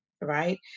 right